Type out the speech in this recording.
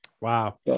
Wow